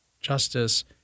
justice